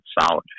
solid